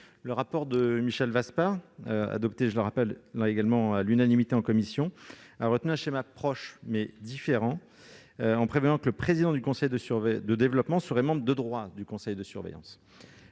du rapport de Michel Vaspart,- adopté, je le répète, à l'unanimité en commission -a retenu un schéma proche quoique différent, en prévoyant que le président du conseil de développement soit membre de droit du conseil de surveillance.